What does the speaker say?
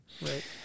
Right